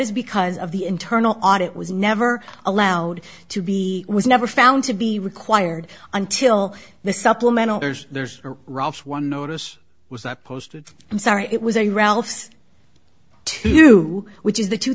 is because of the internal audit was never allowed to be was never found to be required until the supplemental there's there's roughs one notice was i posted i'm sorry it was a ralph's to which is the two